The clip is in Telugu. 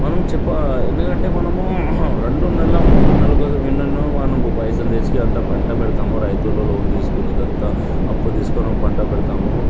మనం చెప్ప ఎందుకంటే మనము రెండు నెలల మూడు నెలల కోసం ఎన్నెన్నో మనం పైసలు తెచ్చి పంట పెడతామో రైతులో లోన్ తీసుకొని ఇదంతా అప్పు తీసుకొని పంట పెడతామో